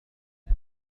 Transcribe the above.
هذا